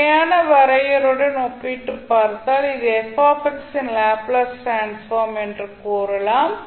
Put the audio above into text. நிலையான வரையறையுடன் ஒப்பிட்டுப் பார்த்தால் இது ன் லாப்ளேஸ் டிரான்ஸ்ஃபார்ம் என்று கூறலாம்